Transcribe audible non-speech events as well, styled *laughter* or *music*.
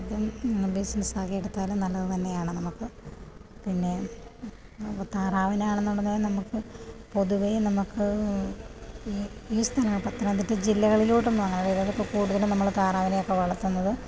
business ആക്കി എടുത്താല് നല്ലത് തന്നെയാണ് നമുക്ക് പിന്നെ താറാവിന് ആണെന്നുണ്ടെങ്കിൽ നമുക്ക് പൊതുവേ നമുക്ക് ഈ സ്ഥലങ്ങളിൽ പത്തനംതിട്ട ജില്ലകളിലോട്ട് ഒന്നും അങ്ങനെ *unintelligible* കൂടുതലും താറാവിനെ ഒക്കെ വളർത്തുന്നത്